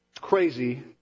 crazy